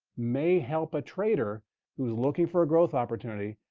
may help a trader who is looking for a growth opportunity,